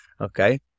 okay